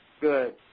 Good